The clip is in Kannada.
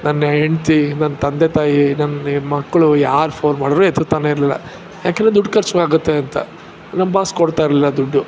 ನನ್ನ ಹೆಂಡ್ತಿ ನನ್ನ ತಂದೆ ತಾಯಿ ನನ್ನ ಮಕ್ಕಳು ಯಾರು ಫೋನ್ ಮಾಡಿದ್ರು ಎತ್ತುತ್ತಾನೇ ಇರಲಿಲ್ಲ ಯಾಕಂದರೆ ದುಡ್ಡು ಖರ್ಚಾಗುತ್ತೆ ಅಂತ ನಮ್ಮ ಬಾಸ್ ಕೊಡ್ತಾಯಿರಲಿಲ್ಲ ದುಡ್ಡು